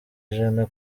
ijana